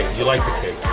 you like it?